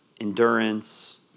endurance